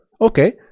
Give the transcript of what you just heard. Okay